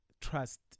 trust